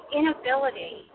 inability